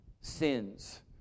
sins